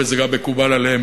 וזה גם מקובל עליהם,